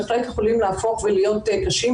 בהחלט יכולים להפוך ולהיות קשים,